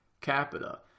capita